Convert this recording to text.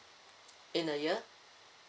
in a year